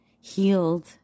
healed